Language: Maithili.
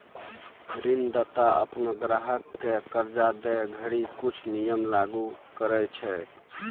ऋणदाता अपनो ग्राहक क कर्जा दै घड़ी कुछ नियम लागू करय छै